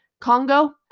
Congo